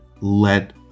let